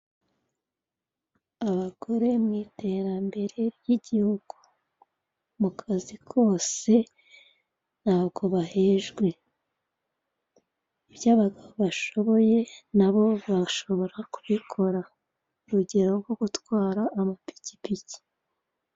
Abagore mu iterambere ry'igihugu. Mu kazi kose ntabwo bahejwe; ibyo abagabo bashoboye na bo babasha kubikora, urugero nko gutwara amapikipiki.